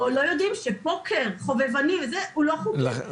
או לא יודעים שפוקר חובבני הוא לא חוקי.